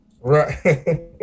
Right